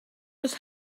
was